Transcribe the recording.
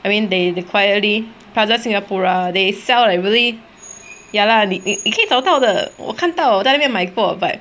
I mean they they quietly plaza singapura they sell like really ya lah 你你可以找到的我看到我在那边买过 but